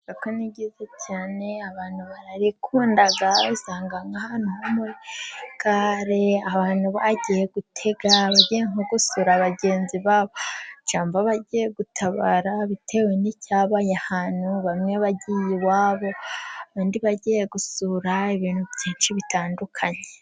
Isoko ni ryiza cyane, abantu bararikunda, usanga nk'ahantu ho muri gare, abantu bagiye gutega, abagiye nko gusura bagenzi babo, cyangwa bagiye gutabara bitewe n'icyabaye ahantu, bamwe bagiye iwabo, abandi bagiye gusura ibintu byinshi bitandukanye.